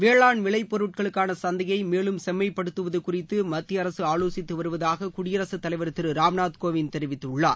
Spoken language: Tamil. வேளாண் விளைபொருட்களுக்கான சந்தையை மேலும் செம்மைபடுத்துவது குறித்து மத்திய அரசு ஆலோசித்து வருவதாக குடியரசு தலைவர் திரு ராம்நாத் கோவிந்த் தெரிவித்துள்ளார்